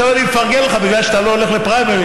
עכשיו אני מפרגן לך בגלל שאתה לא הולך לפריימריז,